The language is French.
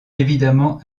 évidemment